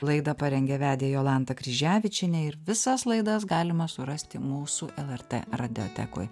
laidą parengė vedė jolanta kryževičienė ir visas laidas galima surasti mūsų lrt radiotekoj